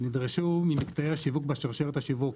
נדרשו ממקטעי השיווק בשרשרת השיווק,